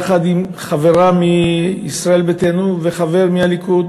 יחד עם חברה מישראל ביתנו וחבר מהליכוד,